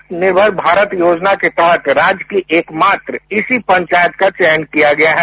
आत्मनिर्भर भारत योजना के तहत राज्य की एकमात्र इसी पंचायत का चयन किया गया है